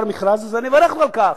אני מברך אותך על כך.